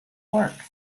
works